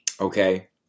Okay